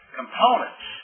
components